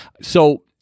So-